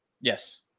Yes